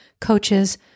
coaches